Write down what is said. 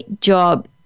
job